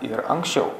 ir anksčiau